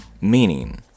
Meaning